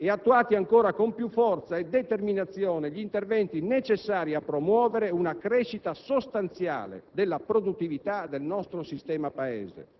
e attuati ancora con più forza e determinazione gli interventi necessari a promuovere una crescita sostanziale della produttività del nostro sistema Paese.